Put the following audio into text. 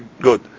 Good